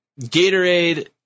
Gatorade